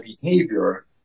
behavior